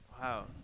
wow